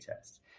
test